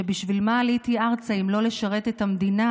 בשביל מה עליתי ארצה אם לא לשרת את המדינה